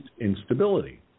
instability